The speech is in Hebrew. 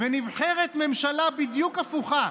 נבחרת ממשלה בדיוק הפוכה,